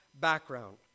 background